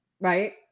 right